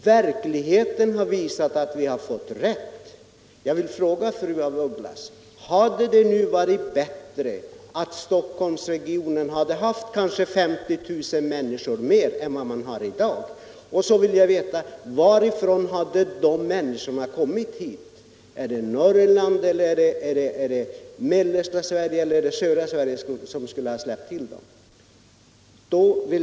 Verkligheten har visat att vi hade rätt. Jag vill fråga fru af Ugglas: Hade det varit bättre att Stockholmsregionen nu haft kanske 50 000 människor mer än i dag? Och då vill jag veta: Varifrån hade de människorna kommit hit? Är det Norrland eller är det mellersta Sverige eller är det södra Sverige som skulle ha släppt till dem.